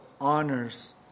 honors